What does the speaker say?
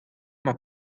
mar